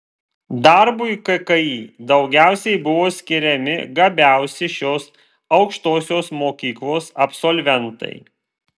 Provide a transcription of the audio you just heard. darbui kki daugiausiai buvo skiriami gabiausi šios aukštosios mokyklos absolventai